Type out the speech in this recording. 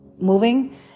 moving